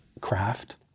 craft